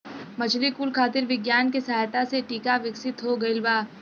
मछली कुल खातिर विज्ञान के सहायता से टीका विकसित हो गइल बा